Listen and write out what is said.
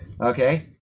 Okay